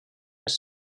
més